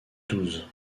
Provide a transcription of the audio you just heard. douze